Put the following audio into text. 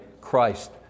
Christ